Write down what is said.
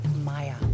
Maya